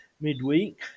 midweek